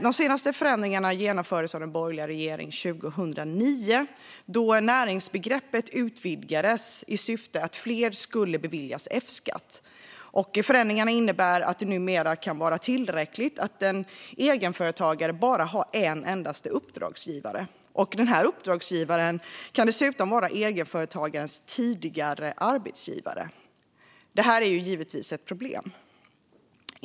De senaste förändringarna genomfördes av den borgerliga regeringen 2009 då näringsbegreppet utvidgades i syfte att fler skulle beviljas F-skatt. Förändringarna innebär att det numera kan vara tillräckligt att en egenföretagare har en enda uppdragsgivare. Denna uppdragsgivare kan dessutom vara egenföretagarens tidigare arbetsgivare. Det är givetvis ett problem.